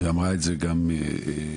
אמרה את זה גם ד"ר